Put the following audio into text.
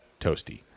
toasty